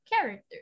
character